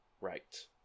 right